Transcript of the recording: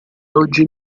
oggi